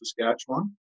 Saskatchewan